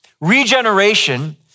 Regeneration